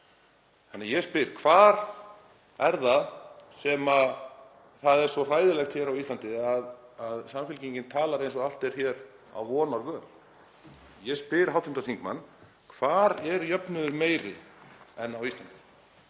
Þannig að ég spyr: Hvað er það sem er svo hræðilegt hér á Íslandi að Samfylkingin talar eins og allt sé hér á vonarvöl? Ég spyr hv. þingmann: Hvar er jöfnuður meiri en á Íslandi?